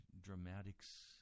dramatics